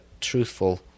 truthful